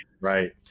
right